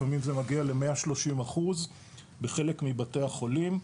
לפעמים זה מגיע ל- 130% בחלק מבתי החולים,